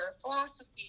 philosophy